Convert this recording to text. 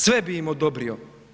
Sve bi im odobrio.